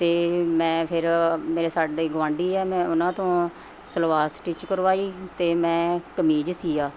ਅਤੇ ਮੈਂ ਫਿਰ ਮੇਰੇ ਸਾਡੇ ਗੁਆਂਢੀ ਆ ਮੈਂ ਉਹਨਾਂ ਤੋਂ ਸਲਵਾਰ ਸਟਿੱਚ ਕਰਵਾਈ ਅਤੇ ਮੈਂ ਕਮੀਜ਼ ਸੀਤਾ